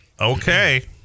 okay